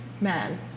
man